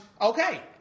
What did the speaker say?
okay